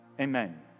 Amen